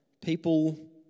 People